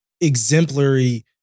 exemplary